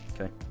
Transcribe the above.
Okay